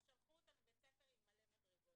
שלחו אותם לבית ספר עם מלא מדרגות.